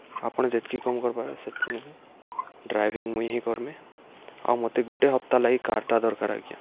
ଆପଣ ଯେତ୍କି କମ୍ କରିପାର୍ବେ ସେତ୍କି ନେବେ ଡ୍ରାଇଭିଙ୍ଗ୍ ମୁଇଁ ହିଁ କର୍ମି ଆଉ ମତେ ଗୁଟେ ହପ୍ତା ଲାଗି କାର୍ଟା ଦର୍କାର୍ ଆଜ୍ଞା